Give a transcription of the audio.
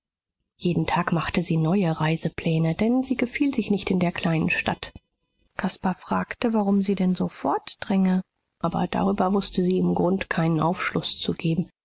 jeden tag machte sie neue reisepläne denn sie gefiel sich nicht in der kleinen stadt caspar fragte warum sie denn so fortdränge aber darüber wußte sie im grund keinen aufschluß zu geben